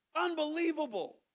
Unbelievable